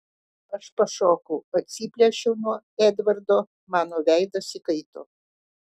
aš pašokau atsiplėšiau nuo edvardo mano veidas įkaito